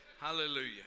Hallelujah